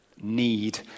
need